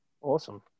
awesome